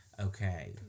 okay